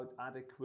adequate